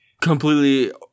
Completely